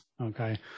okay